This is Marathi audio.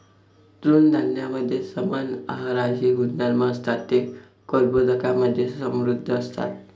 तृणधान्यांमध्ये समान आहाराचे गुणधर्म असतात, ते कर्बोदकांमधे समृद्ध असतात